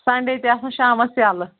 Sunday تہِ آسان شامَس یَلہٕ